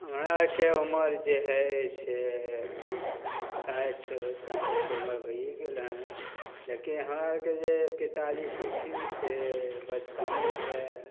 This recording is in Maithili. हमरा आओरके उमर जे हइ से साठि पैँसठि तऽ उमर भैए गेल हँ लेकिन हमरा आओरके जे पिताजी छलखिन से बचपने से